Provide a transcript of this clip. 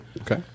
Okay